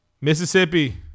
Mississippi